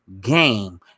game